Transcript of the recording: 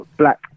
black